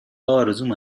آرزومه